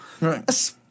Right